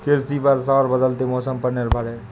कृषि वर्षा और बदलते मौसम पर निर्भर है